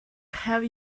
have